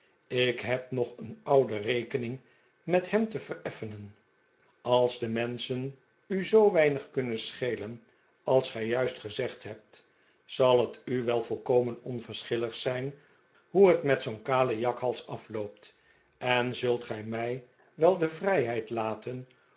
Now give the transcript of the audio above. ik heb nog een oude rekening met hem te vereffenen als de menschen u zoo weinig kunnen schelen als gij juist gezegd hebt zal het u wel volkomen onverschillig zijn hoe het met zoo'n kalen jakhals afloopt en zult gij mij wel de vrijheid laten